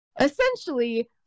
essentially